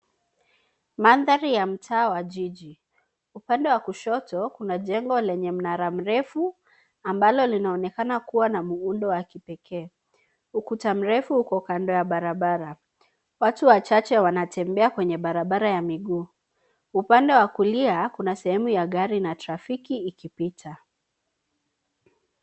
Mandhari ya mtaa wa jiji .Upande wa kushoto kuna jengo lenye mnara mrefu ambalo linaonekana kuwa na muundo wa kipekee. Ukuta mrefu uko kando ya barabara. Watu wachache wanatembea kwenye barabara ya miguu. Upande wa kulia kuna sehemu ya gari na trafiki ikipita.